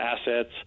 assets